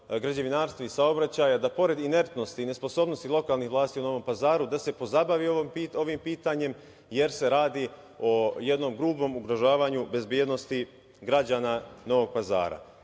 građevinarstva i saobraćaja, da pored inertnosti i nesposobnosti lokalnih vlasti u Novom Pazaru, da se pozabavi ovim pitanjem, jer se radi o jednom grubom ugrožavanju bezbednosti građana Novog